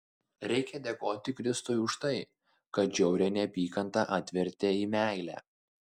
reikia dėkoti kristui už tai kad žiaurią neapykantą atvertė į meilę